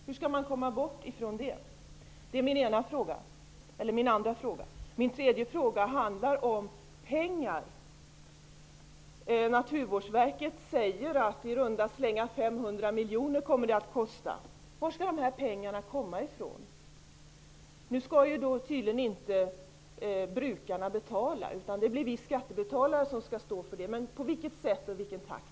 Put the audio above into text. Hur skall man komma bort ifrån dessa? Min tredje fråga handlar om pengar. Naturvårdsverket säger att kostnaden kommer att uppgå till i runda tal 500 miljoner. Var skall dessa pengar komma ifrån? Det är tydligen inte brukarna som skall betala, utan det blir vi skattebetalare som skall stå för kostnaden. Men på vilket sätt och i vilken takt?